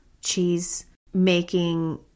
cheese-making